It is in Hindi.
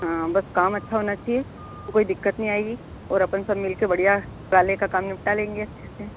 हाँ बस काम अच्छा होना चाहिए तो कोई दिक्कत नहीं आएगी और अपन सब मिल कर बढ़िया ट्रॉले का काम निपटा लेंगे अच्छे से